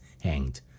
hanged